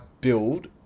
build